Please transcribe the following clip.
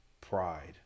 Pride